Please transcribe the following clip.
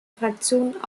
fraktionen